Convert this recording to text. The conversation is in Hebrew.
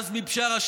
עזמי בשארה,